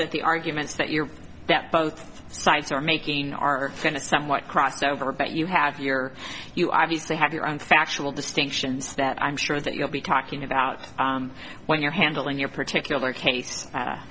that the arguments that you're that both sides are making are going to somewhat cross over but you have your you obviously have your own factual distinctions that i'm sure that you'll be talking about when you're handling your particular case